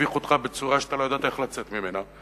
שהביך אותך בצורה שאתה לא יודע איך לצאת ממנה,